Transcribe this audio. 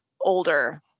older